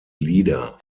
lieder